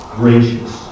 gracious